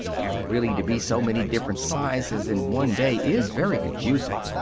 and really to be so many different sizes in one day is very confusing.